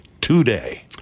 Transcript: today